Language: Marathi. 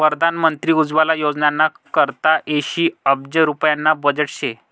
परधान मंत्री उज्वला योजनाना करता ऐंशी अब्ज रुप्याना बजेट शे